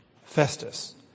Festus